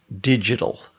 digital